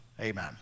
Amen